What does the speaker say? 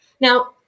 Now